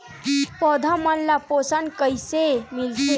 पौधा मन ला पोषण कइसे मिलथे?